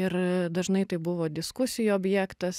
ir dažnai tai buvo diskusijų objektas